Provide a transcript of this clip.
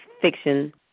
fiction